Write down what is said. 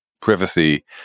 privacy